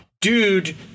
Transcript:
dude